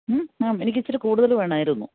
ഹമ് ആ എനിക്കിത്തിരി കൂടുതല് വേണമായിരുന്നു